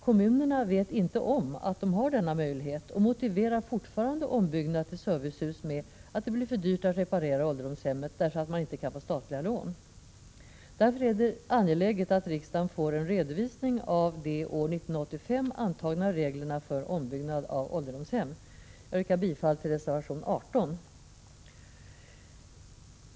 Kommunerna vet inte om att de har denna möjlighet och motiverar fortfarande ombyggnad till servicehus med att det blir för dyrt att reparera ålderdomshemmen därför att man inte kan få statliga lån. Därför är det angeläget att riksdagen får en redovisning av de år 1985 antagna reglerna för ombyggnad av ålderdomshem. Jag yrkar bifall till reservation 18.